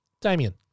Damien